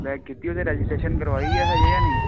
ਵੈਸੇ ਕੀਤੀ ਉੱਥੇ ਰਜਿਸਟਰੇਸ਼ਨ ਕਰਵਾਈ ਜਾ ਹਜੇ ਜਾਂ ਨਹੀਂ